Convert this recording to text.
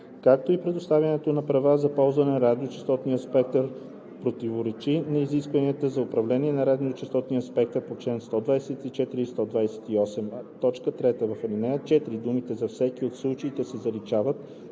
ако предоставянето на правата за ползване на радиочестотен спектър противоречи на изискванията за управление на радиочестотния спектър по чл. 124 и 128.“ 3. В ал. 4 думите „за всеки от случаите“ се заличават,